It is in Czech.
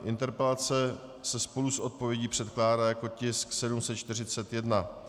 Interpelace se spolu s odpovědí předkládá jako tisk 741.